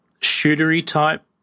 shootery-type